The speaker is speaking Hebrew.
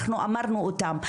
אנחנו אמרנו אותם,